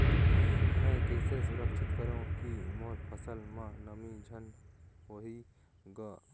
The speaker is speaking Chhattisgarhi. मैं कइसे सुरक्षित करो की मोर फसल म नमी झन होही ग?